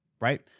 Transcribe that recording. right